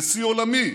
לשיא עולמי,